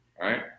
right